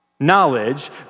Knowledge